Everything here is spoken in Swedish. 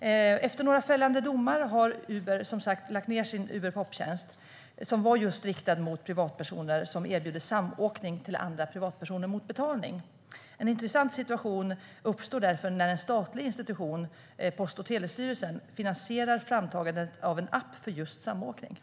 Efter några fällande domar har Uber som sagt lagt ned sin Uberpop-tjänst, som var riktad mot just privatpersoner som erbjuder samåkning till andra privatpersoner mot betalning. En intressant situation uppstår därför när en statlig institution, Post och telestyrelsen, finansierar framtagandet av en app för just samåkning.